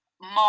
more